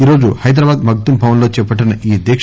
ఈరోజు హైదరాబాద్ మగ్గూం భవన్ లో చేపట్టిన ఈ దీక